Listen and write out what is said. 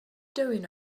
doing